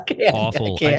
awful